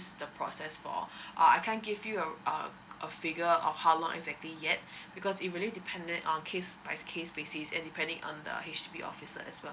this the process for uh I can't give you a uh a figure of how long exactly yet because it really depending on case by case basis and depending on the H_D_B officer as well